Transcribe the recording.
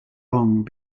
long